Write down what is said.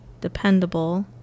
dependable